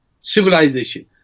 civilization